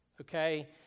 okay